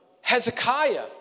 Hezekiah